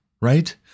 right